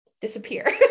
disappear